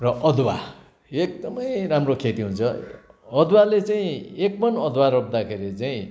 र अदुवा एकदमै राम्रो खेती हुन्छ अदुवाले चाहिँ एक मन अदुवा रोप्दाखेरि चाहिँ